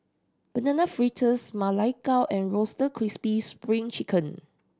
Banana Fritters Ma Lai Gao and Roasted Crispy Spring Chicken